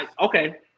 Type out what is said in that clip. Okay